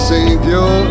Savior